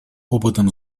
опытом